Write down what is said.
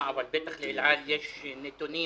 אבל בטח לאל על יש נתונים